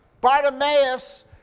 Bartimaeus